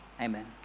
Amen